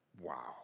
Wow